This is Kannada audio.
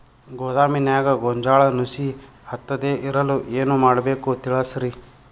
ಗೋದಾಮಿನ್ಯಾಗ ಗೋಂಜಾಳ ನುಸಿ ಹತ್ತದೇ ಇರಲು ಏನು ಮಾಡಬೇಕು ತಿಳಸ್ರಿ